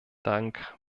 dank